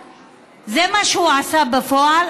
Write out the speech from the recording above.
זה מה שהוא עשה בפועל,